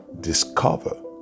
discover